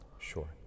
Sure